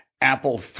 Apple